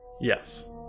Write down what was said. Yes